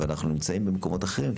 ואנחנו נמצאים במקומות אחרים,